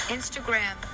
Instagram